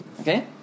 Okay